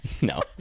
No